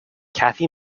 kathy